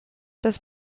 dass